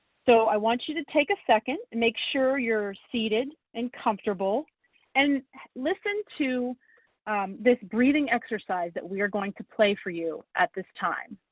so i want you to take a second, make sure you're seated and comfortable and listen to this breathing exercise that we are going to play for you at this time.